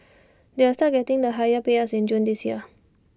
they will start getting the higher payouts in June this year